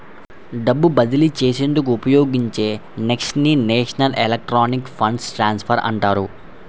డబ్బు బదిలీ చేసేందుకు ఉపయోగించే నెఫ్ట్ ని నేషనల్ ఎలక్ట్రానిక్ ఫండ్ ట్రాన్స్ఫర్ అంటారు